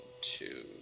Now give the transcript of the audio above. two